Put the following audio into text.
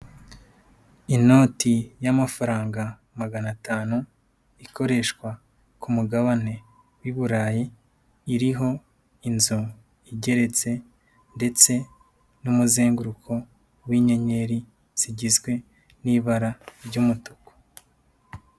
Inoti y'amafaranga magana atanu, ikoreshwa ku mugabane w'i Burayi, iriho inzu igeretse ndetse n'umuzenguruko w'inyenyeri zigizwe n'ibara ry'umutuku.